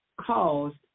caused